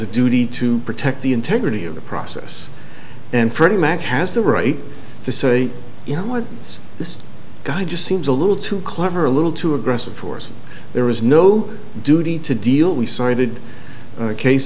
a duty to protect the integrity of the process and freddie mac has the right to say you know what this guy just seems a little too clever a little too aggressive force there is no duty to deal we cited a case